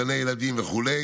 גני ילדים וכו',